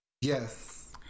Yes